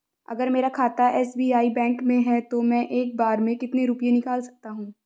अगर मेरा खाता एस.बी.आई बैंक में है तो मैं एक बार में कितने रुपए निकाल सकता हूँ?